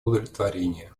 удовлетворения